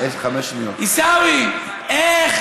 עיסאווי,